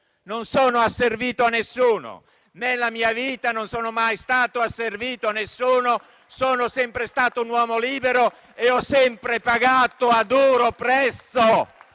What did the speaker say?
Non sono asservito a nessuno. Nella mia vita non sono mai stato asservito a nessuno, ma sono sempre stato un uomo libero e ho sempre pagato a duro prezzo